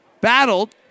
battled